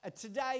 today